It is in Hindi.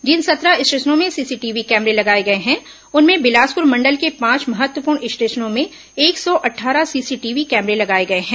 जिन सत्रह स्टेशनों में सीसीटीवी कैमरे लगाए गए हैं उनमें बिलासपुर मंडल के पांच महत्वपूर्ण स्टेशनों में एक सौ अट्ठारह सीसीटीवी कैमरे लगाए गए हैं